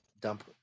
Dump